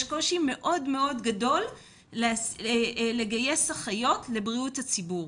יש קושי מאוד מאוד גדול לגייס אחיות לבריאות הציבור.